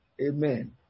Amen